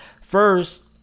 first